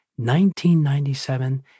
1997